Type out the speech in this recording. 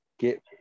Get